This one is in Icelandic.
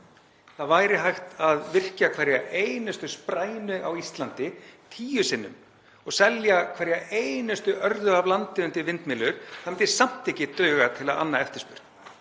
Það væri hægt að virkja hverja einustu sprænu á Íslandi tíu sinnum og selja hverja einustu örðu af landi undir vindmyllur — það myndi samt ekki duga til að anna eftirspurn.